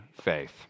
faith